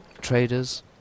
traders